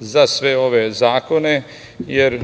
za sve ove zakone, jer,